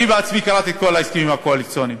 אני בעצמי קראתי את כל ההסכמים הקואליציוניים.